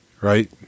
right